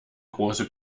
große